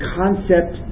concept